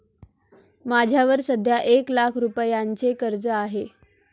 माझ्यावर सध्या एक लाख रुपयांचे कर्ज आहे